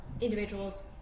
individuals